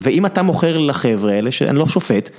ואם אתה מוכר לחבר'ה, אני לא שופט,